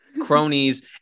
cronies